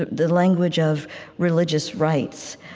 ah the language of religious rites.